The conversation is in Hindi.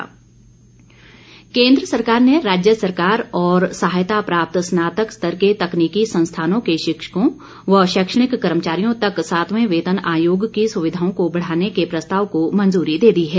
वेतन आयोग केन्द्र सरकार ने राज्य सरकार और सहायता प्राप्त स्नातक स्तर के तकनीकी संस्थानों के शिक्षकों व शैक्षणिक कर्मचारियों तक सातवें वेतन आयोग की सुविधाओं को बढ़ाने के प्रस्ताव को मंजूरी दे दी है